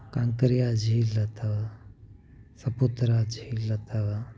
कांकरिया झील अथव सापुतारा झील अथव